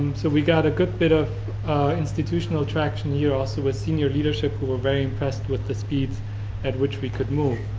so we got a good bit of institutional traction here also with senior leadership, who were very impressed with the speed at which we could move.